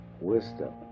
wisdom